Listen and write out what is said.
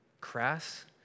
crass